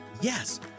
Yes